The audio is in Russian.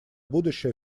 будущее